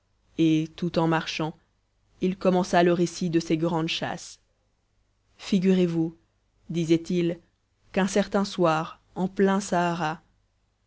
et tout en marchant il commença le récit de ses grandes chasses figurez-vous disait-il qu'un certain soir en plein sahara